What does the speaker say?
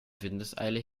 windeseile